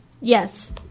Yes